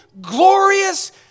glorious